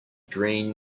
green